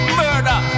murder